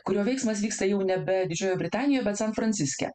kurio veiksmas vyksta jau nebe didžiojoj britanijoj bet san franciske